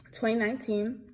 2019